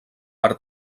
per